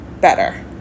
better